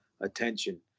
attention